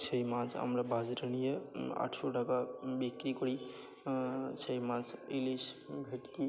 সেই মাছ আমরা বাজারে নিয়ে আটশো টাকা বিক্রি করি সেই মাছ ইলিশ ভেটকি